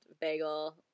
bagel